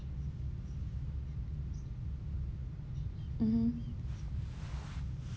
mmhmm